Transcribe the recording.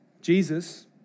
Jesus